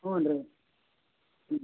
ಹ್ಞೂ ರೀ ಹ್ಞೂ